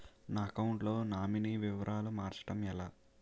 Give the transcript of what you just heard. నా అకౌంట్ లో నామినీ వివరాలు మార్చటం ఎలా?